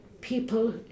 people